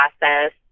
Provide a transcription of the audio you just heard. process